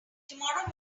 tomorrow